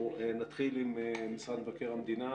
נתחיל עם משרד מבקר המדינה,